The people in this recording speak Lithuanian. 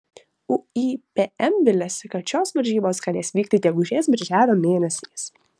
uipm viliasi kad šios varžybos galės vykti gegužės birželio mėnesiais